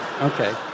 Okay